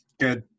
Good